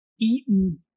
eaten